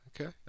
Okay